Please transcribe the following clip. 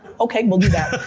okay, we'll do that.